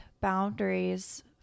boundaries